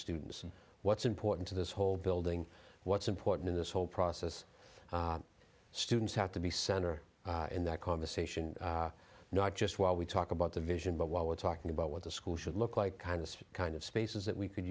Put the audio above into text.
students and what's important to this whole building what's important in this whole process students have to be center in that conversation not just while we talk about the vision but while we're talking about what the school should look like kind of the kind of spaces that we could